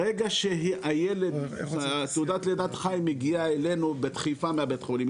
ברגע שתעודת לידת החי מגיעה אלינו בדחיפה מבית החולים,